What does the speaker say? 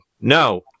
no